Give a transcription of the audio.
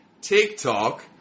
TikTok